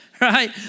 right